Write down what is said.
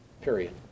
period